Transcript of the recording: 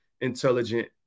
intelligent